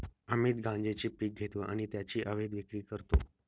अमित गांजेचे पीक घेतो आणि त्याची अवैध विक्री करतो